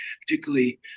particularly